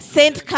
Saint